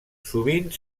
sovint